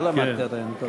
לא למדתי עדיין.